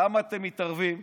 למה אתם מתערבים?